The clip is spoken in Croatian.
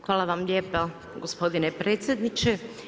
Hvala vam lijepa gospodine predsjedniče.